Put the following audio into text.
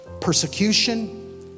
persecution